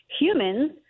Humans